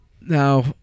Now